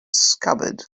scabbard